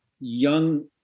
young